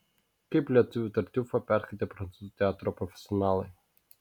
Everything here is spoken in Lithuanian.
kaip lietuvių tartiufą perskaitė prancūzų teatro profesionalai